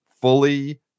fully